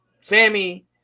Sammy